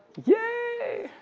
yay.